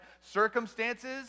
circumstances